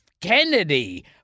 Kennedy